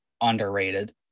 underrated